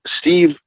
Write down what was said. Steve